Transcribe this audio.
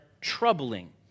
troubling